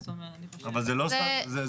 אבל זה נשאר אותו דבר.